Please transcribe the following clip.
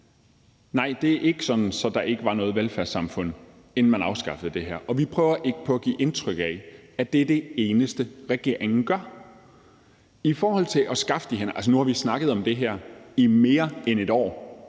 Nej, det er ikke sådan, at der ikke var noget velfærdssamfund, inden man afskaffede det her. Vi prøver på ikke at give indtryk af, at det er det eneste, regeringen gør. Nu har vi snakket om det her i mere end et år,